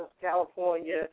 California